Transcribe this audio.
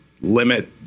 limit